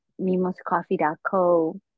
mimoscoffee.co